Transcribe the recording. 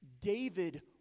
David